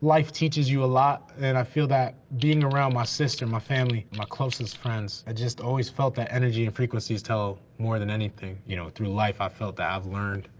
life teaches you a lot, and i feel that being around my sister, my family, my closest friends, i just always felt that energy and frequencies tell more than anything. you know, through life i felt that. i've learned,